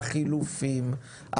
חילופים,